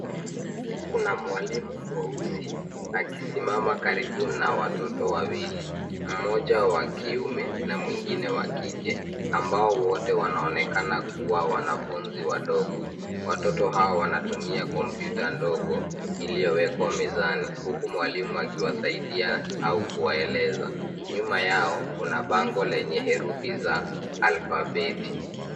Kuna mwalimu mweusi akisimama karibu na watoto wawili, mmoja wa kiume na mwingine wa kike, ambao wote wanaonekana kuwa wanafunzi wadogo. Watoto hao wanatumia kompyuta ndogo iliyo wekwa mezani huku mwalimu akiwasaidia au kuwaeleza. Nyuma yao kuna bango lenye herufi za alfabeti.